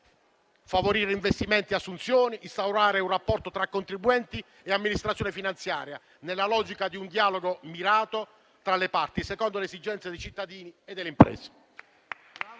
favorire investimenti e assunzioni, instaurare un rapporto tra contribuenti e amministrazione finanziaria nella logica di un dialogo mirato tra le parti, secondo le esigenze dei cittadini e delle imprese.